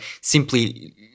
simply